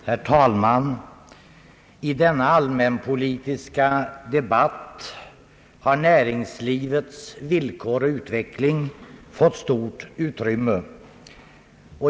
Herr talman! I denna allmänpolitiska debatt har näringslivets villkor och utveckling fått stort utrymme.